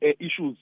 issues